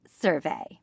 survey